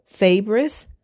Fabris